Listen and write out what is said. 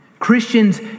Christians